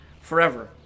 forever